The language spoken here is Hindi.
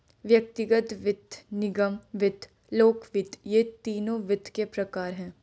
व्यक्तिगत वित्त, निगम वित्त, लोक वित्त ये तीनों वित्त के प्रकार हैं